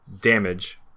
damage